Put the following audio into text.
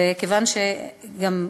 וכיוון שגם,